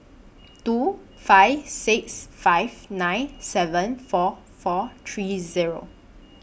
two five six five nine seven four four three Zero